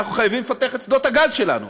אנחנו חייבים לפתח את שדות הגז שלנו.